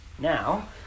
Now